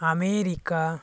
America